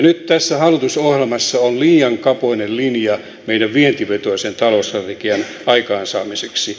nyt tässä hallitusohjelmassa on liian kapoinen linja meidän vientivetoisen talousstrategiamme aikaansaamiseksi